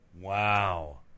Wow